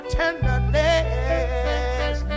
tenderness